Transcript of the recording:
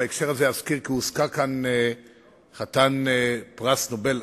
בהקשר זה אזכיר כי הוזכר כאן חתן פרס נובל,